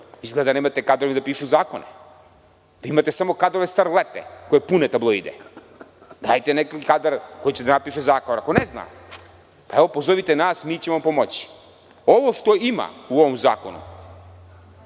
izgleda nemate kadrove da pišu zakone. Vi imate samo kadrove starlete, koje pune tabloide. Dajte neki kadar koji će da napiše zakon. Ako ne zna, pa, evo, pozovite nas, mi ćemo pomoći. Ovo što ste napisali u ovom zakonu,